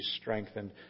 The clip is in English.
strengthened